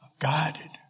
guided